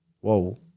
whoa